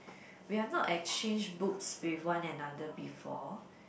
we have not exchange books with one another before